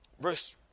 verse